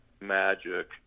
magic